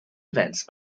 events